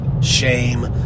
shame